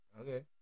Okay